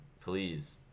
Please